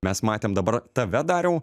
mes matėm dabar tave dariau